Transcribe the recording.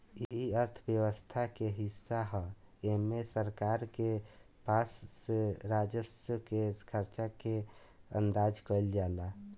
इ अर्थव्यवस्था के हिस्सा ह एमे सरकार के पास के राजस्व के खर्चा के अंदाज कईल जाला